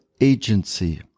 agency